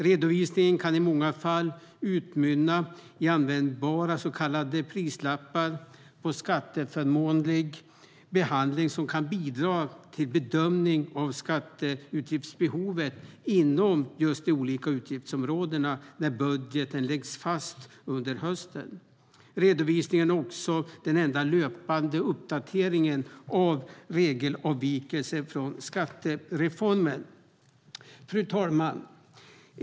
Redovisningen kan i många fall utmynna i användbara så kallade prislappar på skatteförmånlig behandling som kan bidra till bedömningen av skatteutgiftsbehovet inom de olika utgiftsområdena när budgeten läggs fast under hösten. Redovisningen är också den enda löpande uppdateringen av regelavvikelser från skattereformen.